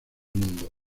mundo